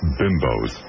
bimbos